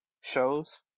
shows